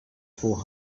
four